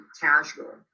casual